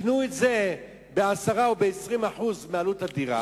תקנו את זה ב-10% או ב-20% מעלות הדירה,